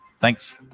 Thanks